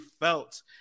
felt